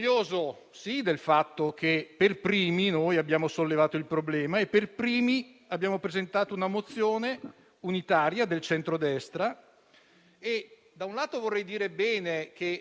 Da un lato, vorrei dire che è bene che la maggioranza abbia preso oggi coscienza del problema e, da quanto mi sembra di capire, si dia già per scontato